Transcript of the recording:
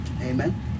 Amen